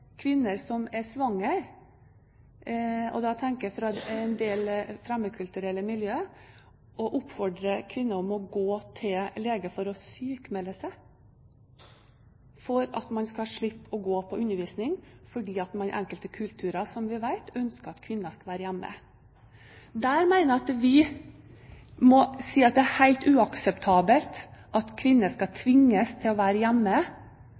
kvinner som er svangre – og da tenker jeg fra en del fremmedkulturelle miljøer – om å gå til lege for å sykmelde seg for at de skal slippe å gå til undervisning. Dette fordi man i enkelte kulturer, som vi vet, ønsker at kvinner skal være hjemme. Jeg mener vi må si at det er helt uakseptabelt at kvinner tvinges til å være hjemme,